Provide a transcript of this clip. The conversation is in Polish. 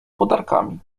podarkami